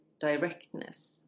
directness